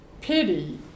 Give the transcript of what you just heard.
pity